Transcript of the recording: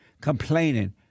complaining